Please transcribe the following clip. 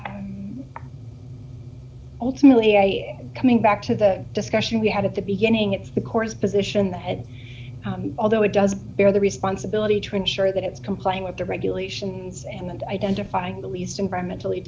i ultimately am coming back to the discussion we had at the beginning it's the courts position that although it does bear the responsibility to ensure that it's complying with the regulations and identifying the least environmentally